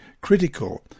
critical